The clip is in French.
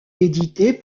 éditée